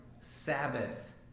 Sabbath